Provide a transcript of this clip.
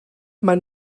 maen